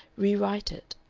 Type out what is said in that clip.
re-write it.